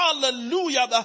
hallelujah